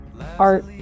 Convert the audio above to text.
Art